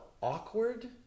awkward